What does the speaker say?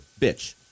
Bitch